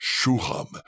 Shuham